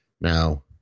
Now